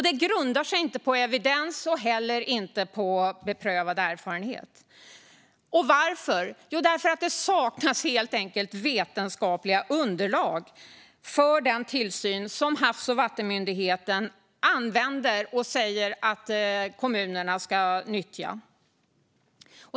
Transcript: Den grundar sig inte på evidens och beprövad erfarenhet. Varför? Det saknas helt enkelt vetenskapliga underlag för den tillsyn som Havs och vattenmyndigheten använder och säger att kommunerna ska nyttja.